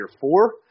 four